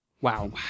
Wow